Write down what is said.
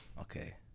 Okay